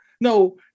No